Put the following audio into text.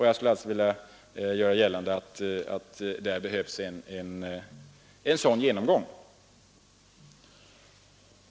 Jag skulle alltså vilja göra gällande att det behövs en sådan genomgång.